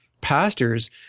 Pastors